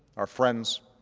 our friends,